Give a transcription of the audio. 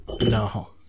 No